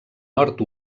nord